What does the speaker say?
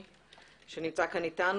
שנמצא פה אתנו,